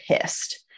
pissed